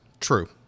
true